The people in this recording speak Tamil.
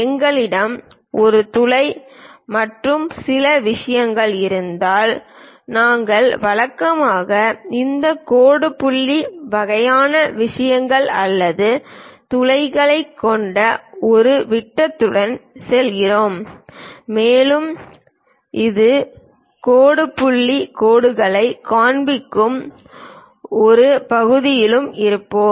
எங்களிடம் ஒரு துளை மற்றும் பிற விஷயங்கள் இருந்தால் நாங்கள் வழக்கமாக இந்த கோடு புள்ளி வகையான விஷயங்கள் அல்லது துளைகளைக் கொண்ட ஒரு வட்டத்துடன் செல்கிறோம் மேலும் இந்த கோடு புள்ளி கோடுகளைக் காண்பிக்க ஒரு பகுதியிலும் இருப்போம்